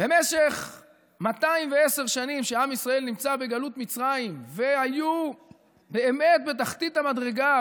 במשך 210 שנים עם ישראל נמצאו בגלות מצרים והיו באמת בתחתית המדרגה,